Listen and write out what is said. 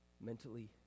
mentally